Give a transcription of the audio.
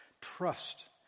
Trust